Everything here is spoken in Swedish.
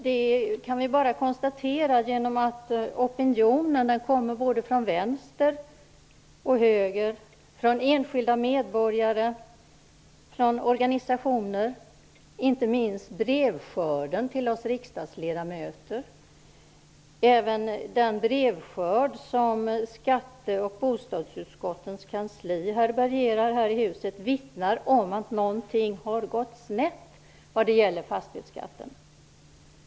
Det kan vi konstatera genom att opinionen kommer både från vänster och från höger, från enskilda medborgare och från organisationer. Inte minst brevskörden till oss riksdagsledamöter, även den brevskörd som skatte och bostadsutskottens kanslier härbärgerar här i huset vittnar om att någonting har gått snett vad gäller fastighetsskatten.